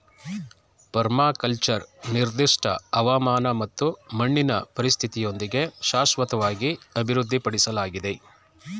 permaculture ನಿರ್ದಿಷ್ಟ ಹವಾಮಾನ ಮತ್ತು ಮಣ್ಣಿನ ಪರಿಸ್ಥಿತಿಯೊಂದಿಗೆ ಶಾಶ್ವತವಾಗಿ ಅಭಿವೃದ್ಧಿಪಡ್ಸಲಾಗಿದೆ